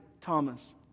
Thomas